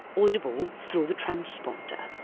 audible through the transponder.